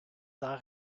arts